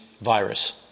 virus